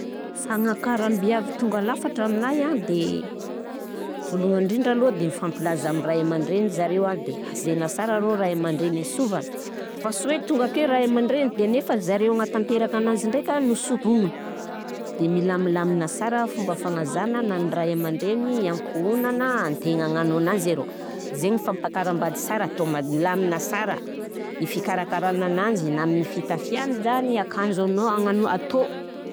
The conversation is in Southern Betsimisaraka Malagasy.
Fagnakaram-biavy tongalafatra aminahy an, de volohagny ndrindra aloha de mifampilaza amin'ny ray amandreny zare a de lazaina sara rô gny ray amandreny e sova fa sao i tonga ake ray amandreny de nefany zare hagnatanteraka anazy ndraika no sy vognogno, de mila milamina sara fomba fagnazagna na ny ray amandreny, ankohonana, an-tegna hagnano anazy arô, zaigny fampakaram-bady sara tô- tao milamigna sara: ny fikarakarana ananjy na amin'ny fitafiany zany akanjo anao- agnanao- atao.